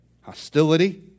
hostility